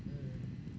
mm